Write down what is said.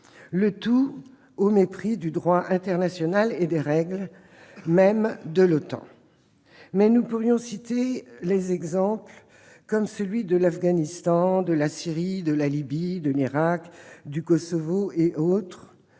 le tout au mépris du droit international et des règles mêmes de l'OTAN. Mais nous pourrions citer les exemples de l'Afghanistan, de la Syrie, de la Libye, de l'Irak, du Kosovo, d'autres